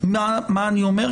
מה אני אומר,